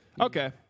Okay